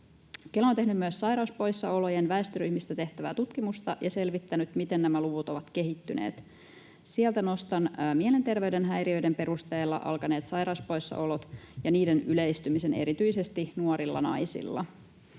Kela on tehnyt myös sairauspoissaolojen väestöryhmistä tehtävää tutkimusta ja selvittänyt, miten nämä luvut ovat kehittyneet. Sieltä nostan mielenterveyden häiriöiden perusteella alkaneet sairauspoissaolot ja niiden yleistymisen erityisesti nuorilla naisilla.